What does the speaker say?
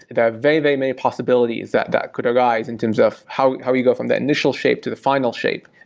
there are very, very many possibilities that that could arise in terms of how how you go from that initial shape to the final shape,